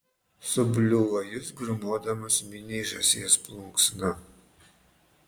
subliuvo jis grūmodamas miniai žąsies plunksna